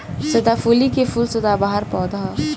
सदाफुली के फूल सदाबहार पौधा ह